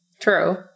True